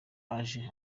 aje